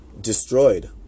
destroyed